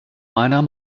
meiner